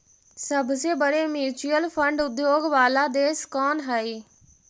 सबसे बड़े mutual fund उद्योग वाला देश कौन हई